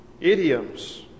Idioms